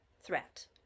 threat